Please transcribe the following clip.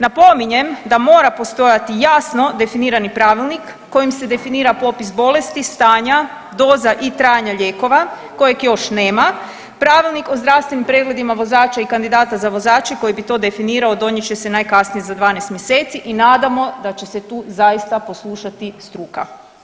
Napominjem da mora postojati jasno definirani pravilnik kojim se definira popis bolesti, stanja, doza i trajanja lijekova kojeg još nema, pravilnik o zdravstvenim pregledima vozača i kandidata za vozače koji bi to definirao donijet će se najkasnije za 12 mjeseci i nadamo da će se tu zaista poslušati struka.